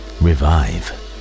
revive